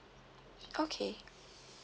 okay